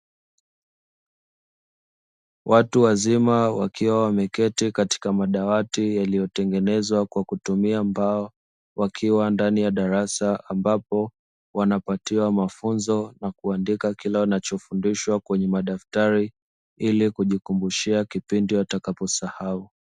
Watu wazima wakiwa wameketi katika madawati yaliyotengenezwa kwa kutumia mbao, wakiwa ndani ya darasa ambapo wanapatiwa mafunzo na kuandika kile wanachofundishwa kwenye madaftari ili kujikumbushia kipindi watakaposahau.